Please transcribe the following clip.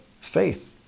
faith